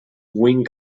wing